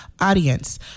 audience